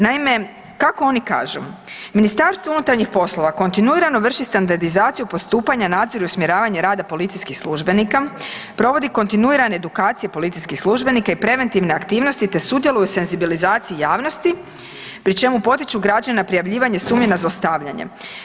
Naime, kako oni kažu, Ministarstvo unutarnjih poslova kontinuirano vrši standardizaciju postupanja, nadziru usmjeravanje rada policijskih službenika, provodi kontinuirane edukacije policijskih službenika i preventivne aktivnosti te sudjeluje u senzibilizaciji javnosti pri čemu potiču građane na prijavljivanje sumnji na zlostavljanje.